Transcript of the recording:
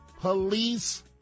Police